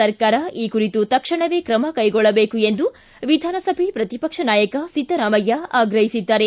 ಸರ್ಕಾರ ಈ ಕುರಿತು ತಕ್ಷಣವೇ ಕ್ರಮ ಕೈಗೊಳ್ಳಬೇಕು ಎಂದು ವಿಧಾನಸಭೆ ಪ್ರತಿಪಕ್ಷ ನಾಯಕ ಸಿದ್ದರಾಮಯ್ಯ ಆಗ್ರಹಿಸಿದ್ದಾರೆ